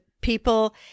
people